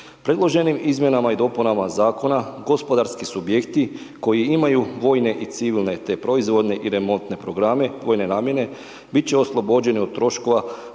Predloženim izmjenama i dopunama zakona gospodarski subjekti koji imaju vojne i civilne te proizvodne i remontne programe vojne namjene biti će oslobođene od troškova